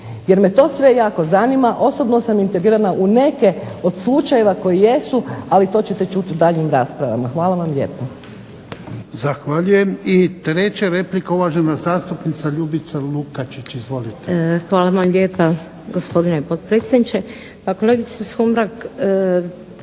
jer me to sve jako zanima. Osobno sam integrirana u neke od slučajeva koji jesu, ali to ćete čuti u daljnjim raspravama. Hvala vam lijepa.